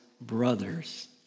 brothers